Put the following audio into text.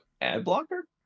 Ad-blocker